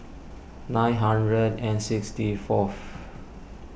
nine hundred and sixty fourth